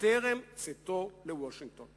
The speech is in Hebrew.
טרם צאתו לוושינגטון.